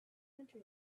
country